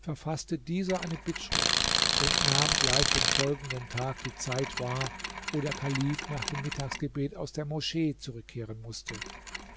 verfaßte dieser eine bittschrift und nahm gleich den folgenden tag die zeit wahr wo der kalif nach dem mittagsgebet aus der moschee zurückkehren mußte